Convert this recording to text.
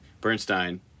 Bernstein